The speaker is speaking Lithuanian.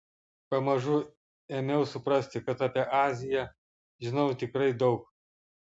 pamažu ėmiau suprasti kad apie aziją žinau tikrai daug